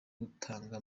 gutanga